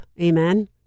Amen